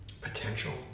potential